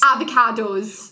Avocados